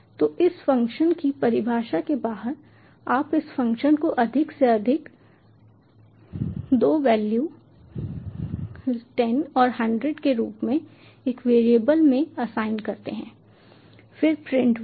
तो इस फ़ंक्शन की परिभाषा के बाहर आप इस फ़ंक्शन को अधिक से अधिक 2 वैल्यू 10 और 100 के रूप में एक वेरिएबल में असाइन करते हैं फिर प्रिंट वैल